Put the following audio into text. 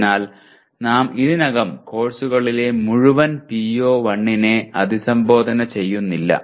അതിനാൽ നാം ഇതിനകം കോഴ്സുകളിലെ മുഴുവൻ PO1 നെ അഭിസംബോധന ചെയ്യുന്നില്ല